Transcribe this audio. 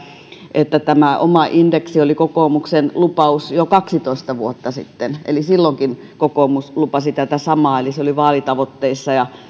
että tämä oma indeksi oli kokoomuksen lupaus jo kaksitoista vuotta sitten eli silloinkin kokoomus lupasi tätä samaa eli se oli vaalitavoitteissa ja